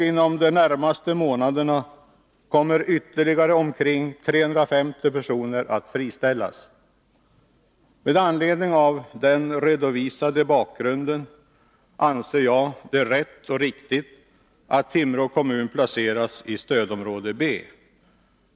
Inom de närmaste månaderna kommer ytterligare omkring 350 personer att friställas. Med anledning av den redovisade bakgrunden anser jag det rätt och riktigt att Timrå kommun placeras i stödområde B.